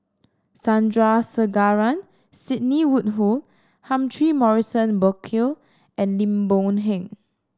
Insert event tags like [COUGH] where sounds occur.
Sandrasegaran Sidney Woodhull [UNINTELLIGIBLE] Morrison Burkill and Lim Boon Heng